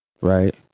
right